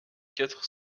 quatre